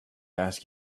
ask